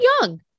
young